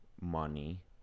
money